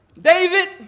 David